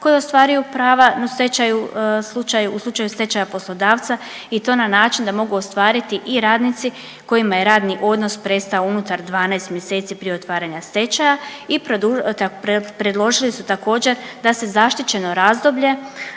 koji ostvaruju prava u stečaju, u slučaju stečaja poslodavca i to na način da mogu ostvariti i radnici kojima je radni odnos prestao unutar 12 mjeseci prije otvaranja stečaja i predložili su također da se zaštićeno razdoblje